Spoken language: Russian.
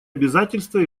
обязательства